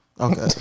Okay